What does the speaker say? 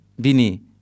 Bini